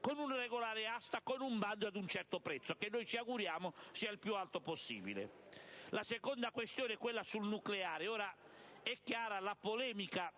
con una regolare asta, un bando e a un certo prezzo, che noi ci auguriamo sia il più alto possibile. La seconda questione è quella del nucleare. La polemica